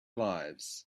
lives